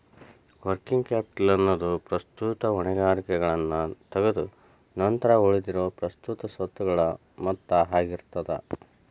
working capital ಎನ್ನೊದು ಪ್ರಸ್ತುತ ಹೊಣೆಗಾರಿಕೆಗಳನ್ನ ತಗದ್ ನಂತರ ಉಳಿದಿರೊ ಪ್ರಸ್ತುತ ಸ್ವತ್ತುಗಳ ಮೊತ್ತ ಆಗಿರ್ತದ